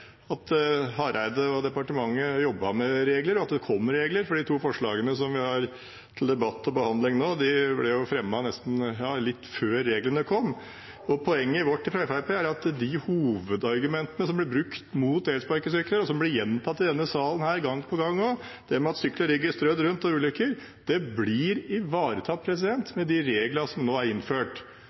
at Hareide og departementet jobbet med regler, og at det kom regler. For de to forslagene som vi har til debatt og behandling nå, ble fremmet litt før reglene kom. Poenget vårt fra Fremskrittspartiets side er at de hovedargumentene som blir brukt mot elsparkesykler, og som blir gjentatt i denne salen gang på gang nå, at syklene ligger strødd rundt og at det er ulykker, blir ivaretatt med de reglene som nå er innført.